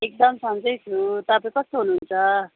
एकदम सन्चै छु तपाईँ कस्तो हुनुहुन्छ